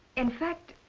in fact,